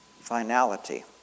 finality